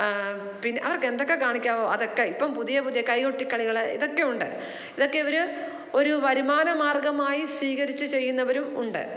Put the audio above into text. പിന്നെ അവർക്കെന്തൊക്കെ കാണിക്കാമോ അതൊക്കെ ഇപ്പം പുതിയ പുതിയ കൈകൊട്ടിക്കളികൾ ഇതൊക്കെ ഉണ്ട് ഇതൊക്കെ ഇവർ ഒരു വരുമാനമാർഗമായി സ്വീകരിച്ച് ചെയ്യുന്നവരും ഉണ്ട്